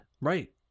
right